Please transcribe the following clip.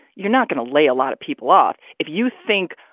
you're not going to lay a lot of people off. if you think,